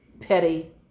petty